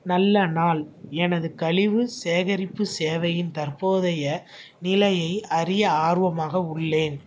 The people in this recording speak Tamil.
நல்ல நாள் எனது கழிவு சேகரிப்பு சேவையின் தற்போதைய நிலையை அறிய ஆர்வமாக உள்ளேன்